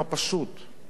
פשוט לא מתייחסים.